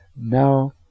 now